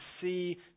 see